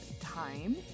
time